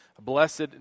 blessed